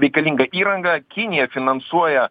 reikalingą įrangą kinija finansuoja